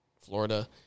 Florida